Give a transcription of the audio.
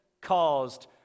caused